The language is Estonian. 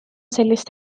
sellist